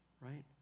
right